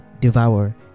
devour